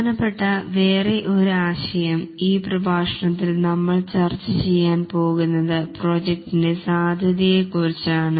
പ്രധാനപ്പെട്ട വേറെ ഒരു ആശയം ഈ പ്രഭാഷണത്തിൽ നമ്മൾ ചർച്ച ചെയ്യാൻ പോകുന്നത് പ്രോജക്ടിന്റെ സാധ്യതയെ കുറിച്ചാണ്